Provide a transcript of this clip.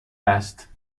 است